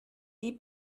die